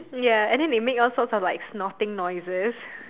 ya and then they make all sort of snorting noises